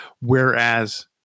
Whereas